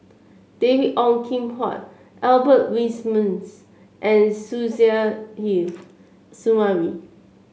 David Ong Kim Huat Albert Winsemius and Suzairhe Sumari